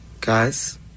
guys